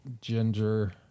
ginger